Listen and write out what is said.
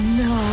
no